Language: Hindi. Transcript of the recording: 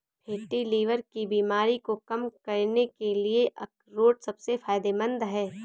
फैटी लीवर की बीमारी को कम करने के लिए अखरोट सबसे फायदेमंद है